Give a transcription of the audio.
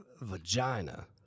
vagina